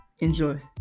Enjoy